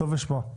טוב לשמוע.